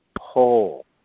whole